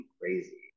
crazy